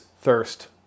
thirst